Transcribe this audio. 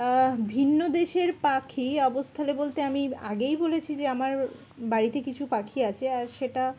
ভিন্ন দেশের পাখি অবস্থানে বলতে আমি আগেই বলেছি যে আমার বাড়িতে কিছু পাখি আছে আর সেটা